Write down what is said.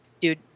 dude